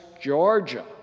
Georgia